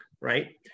right